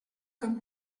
comme